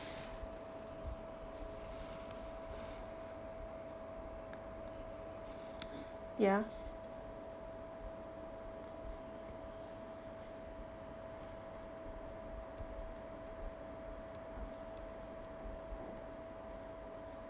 ya